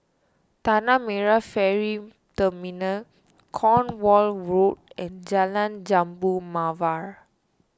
Tanah Merah Ferry Terminal Cornwall Road and Jalan Jambu Mawar